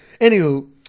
Anywho